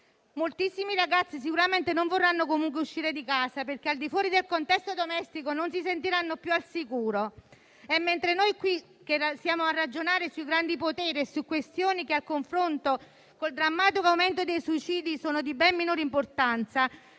Moltissimi ragazzi sicuramente non vorranno comunque uscire di casa, perché, al di fuori del contesto domestico, non si sentiranno più al sicuro, mentre noi qui siamo a ragionare sui grandi poteri e su questioni che, a confronto col drammatico aumento dei suicidi, sono di ben minore importanza,